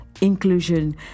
inclusion